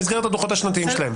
אלא במסגרת הדו"חות השנתיים שלהם.